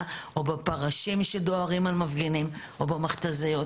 או בפרשים שדוהרים על מפגינים או במכת"זיות.